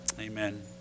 amen